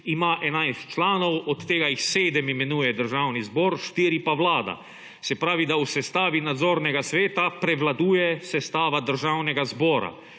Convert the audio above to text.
ima 11 članov, od tega jih 7 imenuje Državni zbor, 4 pa Vlada, se pravi, da v sestavi nadzornega sveta prevladuje sestava Državnega zbora.